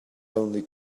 only